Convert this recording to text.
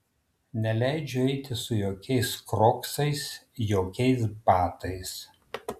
neleidžiu eiti su jokiais kroksais jokiais batais